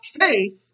faith